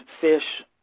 fish